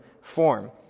form